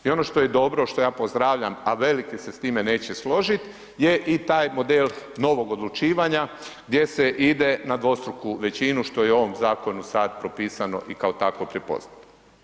I ono što je dobro, što ja pozdravljam, a veliki se s time neće složiti je i taj model novog odlučivanja gdje se ide na dvostruku većinu što je u ovom zakonu sad propisano i kao takvo prepoznato.